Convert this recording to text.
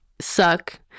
suck